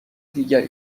دیگری